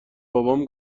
بابام